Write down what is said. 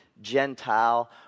Gentile